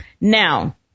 Now